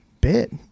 bit